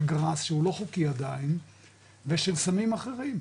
של גראס שהוא לא חוקי עדיין ושל סמים אחרים,